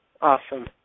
Awesome